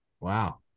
Wow